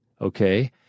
Okay